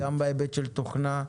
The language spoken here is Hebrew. גם בהיבט של תוכנה,